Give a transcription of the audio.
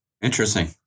Interesting